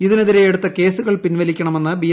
ഇതിനെതിരെ എടുത്ത കേസുകൾ പിൻവലിക്കണമെന്ന് ബി